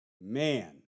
man